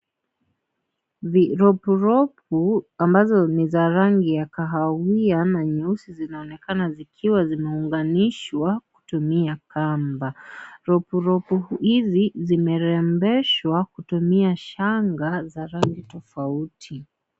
Viropuropu ambazo niza rangi ya kahawia ama nyeusi zinaonekana zikiwa zimeunganishwa kutumia kamba. Ropuropu hizi zimerembeshwa kutumia shanga za rangi tofauti.